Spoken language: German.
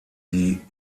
die